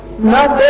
not